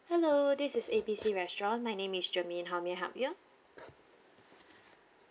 hello this is A B C restaurants my name is germaine how may I help you